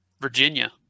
Virginia